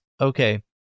okay